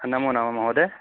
नमोनमः महोदय